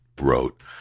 wrote